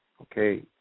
okay